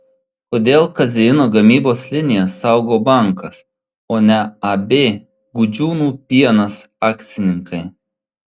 kodėl kazeino gamybos liniją saugo bankas o ne ab gudžiūnų pienas akcininkai